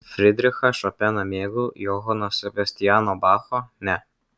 fridrichą šopeną mėgau johano sebastiano bacho ne